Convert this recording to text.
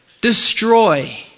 destroy